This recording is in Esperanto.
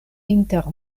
inter